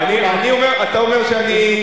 אתה אומר שאני,